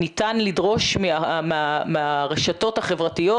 ניתן לדרוש מהרשתות החברתיות,